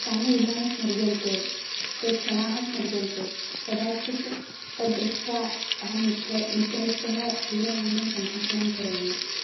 तानि दिनानि स्मर्यन्ते ते क्षणाः स्मर्यन्ते कदाचित् तद्दृष्ट्वा अहं मित्रै मित्रैः सह दूरवाण्यां सम्भाषणं करोमि